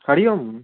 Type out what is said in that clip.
Hari Om